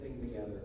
together